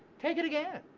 take it again,